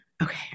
okay